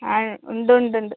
ആണ് ഉണ്ട് ഉണ്ട് ഉണ്ട്